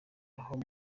aho